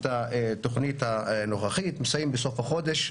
את התוכנית הנוכחית מסיימים בסוף החודש,